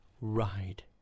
ride